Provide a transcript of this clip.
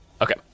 Okay